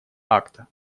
акта